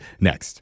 next